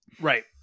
right